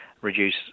reduce